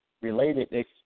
related